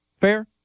Fair